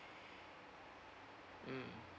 mm